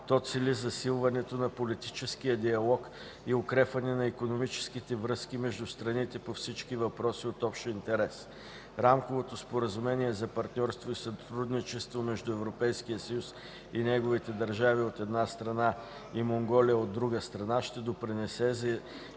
То цели засилването на политическия диалог и укрепване на икономическите връзки между страните по всички въпроси от общ интерес. Рамковото споразумение за партньорство и сътрудничество между Европейския съюз и неговите държави членки, от една страна, и Монголия, от друга страна, ще допринесе за